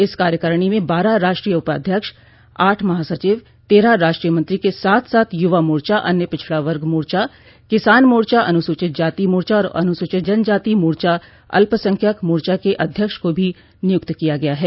इस कार्यकारिणी में बारह राष्ट्रीय उपाध्यक्ष आठ महासचिव तेरह राष्ट्रीय मंत्री के साथ साथ युवा मोर्चा अन्य पिछड़ा वर्ग मोर्चा किसान मोर्चा अनुसूचित जाति मोर्चा और अनुसूचित जनजाति मोर्चा अल्पसंख्यक मोर्चा के अध्यक्ष को भी नियूक्त किया गया है